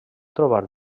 trobar